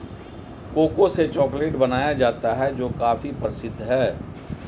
cocoa से chocolate बनाया जाता है जो काफी प्रसिद्ध है